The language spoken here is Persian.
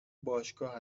باشگاه